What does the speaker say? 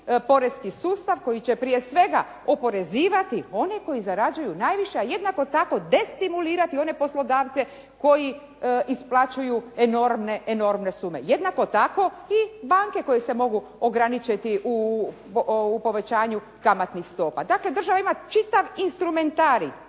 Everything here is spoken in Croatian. poreski sustav koji će prije svega oporezivati one koji zarađuju najviše, a jednako tako destimulirati one poslodavce koji isplaćuju enormne sume. Jednako tako i banke koje se mogu ograničiti u povećanju kamatnih stopa. Dakle država ima čitav instrumentarij,